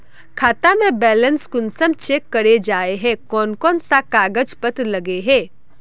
खाता में बैलेंस कुंसम चेक करे जाय है कोन कोन सा कागज पत्र लगे है?